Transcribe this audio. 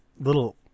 little